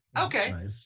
okay